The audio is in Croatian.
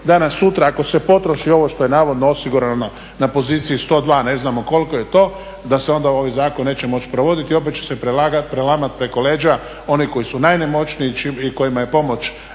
danas sutra ako se potroši ovo što je navodno osigurano na poziciji 102, a ne znamo koliko je to, da se ovaj zakon neće moći provoditi i opet će se prelamati preko leđa onih koji su najnemoćniji i kojima je pomoć